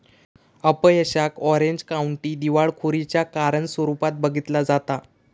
अपयशाक Orange County दिवाळखोरीच्या कारण रूपात बघितला जाता